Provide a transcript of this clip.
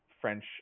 French